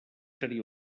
seria